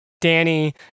danny